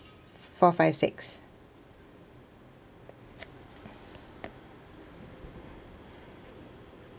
four five six